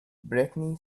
britney